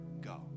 go